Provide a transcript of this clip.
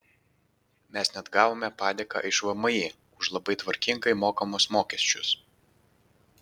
mes net gavome padėką iš vmi už labai tvarkingai mokamus mokesčius